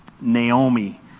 Naomi